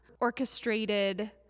orchestrated